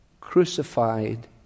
crucified